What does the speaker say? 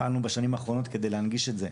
פעלנו בשנים האחרונות כדי להנגיש את זה,